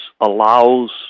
allows